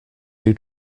who